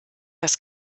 dass